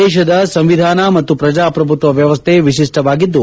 ದೇಶದ ಸಂವಿಧಾನ ಮತ್ತು ಪ್ರಜಾಪ್ರಭುತ್ವ ವ್ಯವಸ್ಥೆ ವಿಶಿಷ್ಠವಾಗಿದ್ದು